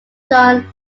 john